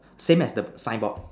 same as the sign board